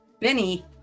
benny